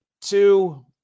Two